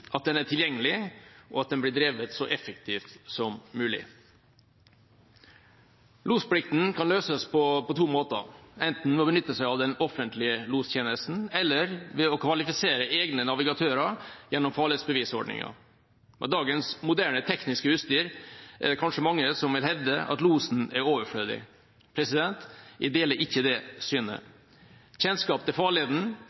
at den er tilgjengelig og at den blir drevet så effektivt som mulig. Losplikten kan løses på to måter, enten ved å benytte seg av den offentlige lostjenesten, eller ved å kvalifisere egne navigatører gjennom farledsbevisordningen. Med dagens moderne tekniske utstyr er det kanskje mange som vil hevde at losen er overflødig. Jeg deler ikke det